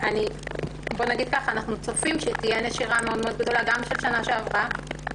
אנחנו צופים שתהיה נשירה גדולה מאוד גם של הבנות